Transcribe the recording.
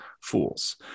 fools